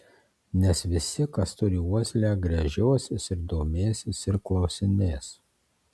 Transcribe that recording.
nes visi kas turi uoslę gręžiosis ir domėsis ir klausinės